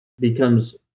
becomes